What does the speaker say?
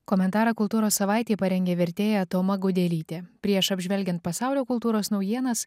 komentarą kultūros savaitei parengė vertėja toma gudelytė prieš apžvelgiant pasaulio kultūros naujienas